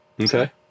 okay